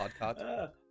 podcast